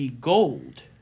Gold